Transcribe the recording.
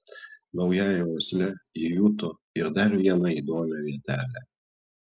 naująja uosle ji juto ir dar vieną įdomią vietelę